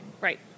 Right